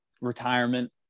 retirement